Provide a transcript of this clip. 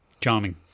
charming